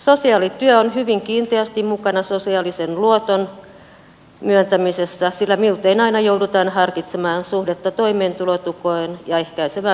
sosiaalityö on hyvin kiinteästi mukana sosiaalisen luoton myöntämisessä sillä miltei aina joudutaan harkitsemaan suhdetta toimeentulotukeen ja ehkäisevään toimeentulotukeen